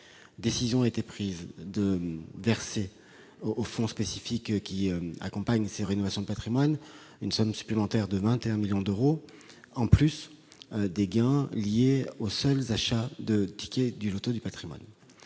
Décision a été prise de verser au fonds spécifique qui accompagne les rénovations du patrimoine une somme supplémentaire de 21 millions d'euros en plus des gains liés aux seuls achats de tickets du loto du patrimoine.